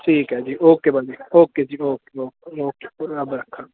ਠੀਕ ਹੈ ਜੀ ਓਕੇ ਭਾਜੀ ਓਕੇ ਜੀ ਓਕੇ ਓਕੇ ਓਕੇ ਰੱਬ ਰਾਖਾ